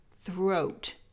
throat